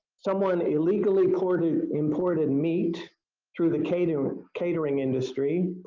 someone illegally imported imported meat through the catering catering industry